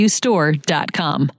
store.com